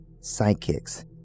psychics